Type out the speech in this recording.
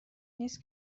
نیست